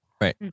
Right